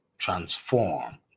Transform